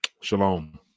Shalom